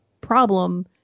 problem